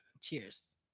Cheers